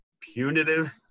punitive